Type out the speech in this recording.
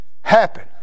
happen